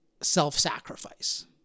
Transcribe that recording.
self-sacrifice